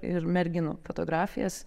ir merginų fotografijas